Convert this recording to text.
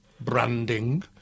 branding